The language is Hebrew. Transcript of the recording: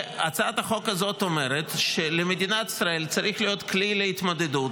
הצעת החוק הזאת אומרת שלמדינת ישראל צריך להיות כלי להתמודדות